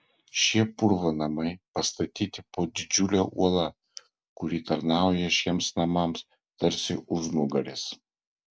šie purvo namai pastatyti po didžiule uola kuri tarnauja šiems namams tarsi užnugaris